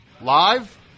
Live